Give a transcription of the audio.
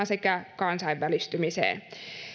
sekä kansainvälistymiseen